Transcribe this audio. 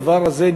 הדבר הזה,